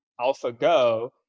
AlphaGo